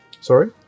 Sorry